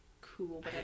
cool